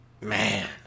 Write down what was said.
Man